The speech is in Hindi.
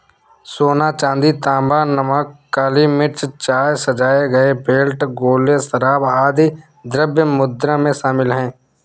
सोना, चांदी, तांबा, नमक, काली मिर्च, चाय, सजाए गए बेल्ट, गोले, शराब, आदि द्रव्य मुद्रा में शामिल हैं